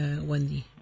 Wendy